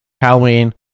Halloween